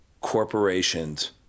corporations